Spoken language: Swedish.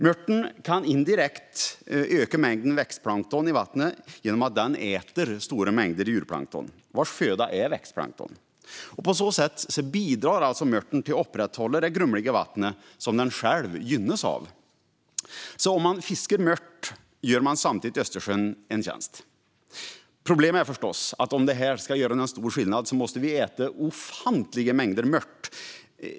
Mörten kan indirekt öka mängden växtplankton i vattnet genom att den äter stora mängder djurplankton vars föda är växtplankton. På så sätt bidrar mörten till att upprätthålla det grumliga vatten som den själv gynnas av. Om man fiskar mört gör man alltså samtidigt Östersjön en tjänst. Problemet är förstås att om det här ska göra någon större skillnad måste vi äta ofantliga mängder mört.